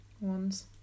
ones